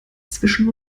zwischen